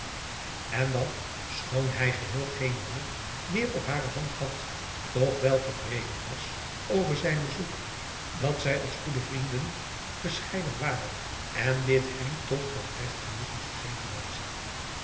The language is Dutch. en dat schoon hij geheel geene hoop meer op hare hand had toch wel te vreden was over zijn bezoek dat zij zelfs goede vrienden gesheiden waren en dit hem toch nog regt genoegen gegeven had